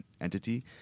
entity